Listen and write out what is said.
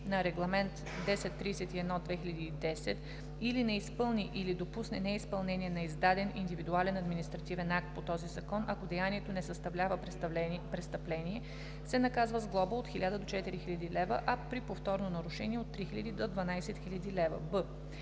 на Регламент (ЕС) № 1031/2010, или не изпълни или допусне неизпълнение на издаден индивидуален административен акт по този закон, ако деянието не съставлява престъпление, се наказва с глоба от 1000 до 4000 лв., а при повторно нарушение – от 3000 до 12 000 лв.“;